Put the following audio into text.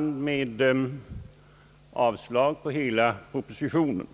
med ett avslag på hela propositionen.